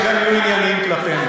מקווה שגם יהיו ענייניים כלפינו.